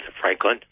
Franklin